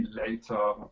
later